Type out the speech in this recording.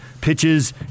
pitches